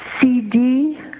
CD